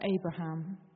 Abraham